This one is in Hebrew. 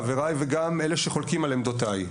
חברי וגם אלה שחולקים על עמדותיי,